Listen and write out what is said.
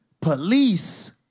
police